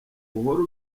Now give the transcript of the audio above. uhora